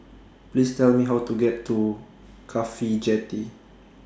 Please Tell Me How to get to Cafhi Jetty